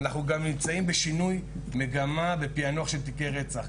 אנחנו גם נמצאים בשינוי מגמה בפיענוח של תיקי רצח.